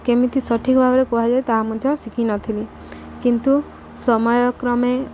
କେମିତି ସଠିକ୍ ଭାବରେ କୁହାଯାଏ ତାହା ମଧ୍ୟ ଶିଖିିନଥିଲି କିନ୍ତୁ ସମୟକ୍ରମେ